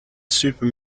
super